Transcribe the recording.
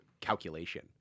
calculation